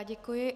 Děkuji.